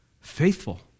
Faithful